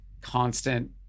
constant